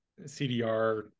cdr